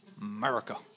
America